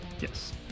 yes